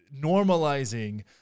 normalizing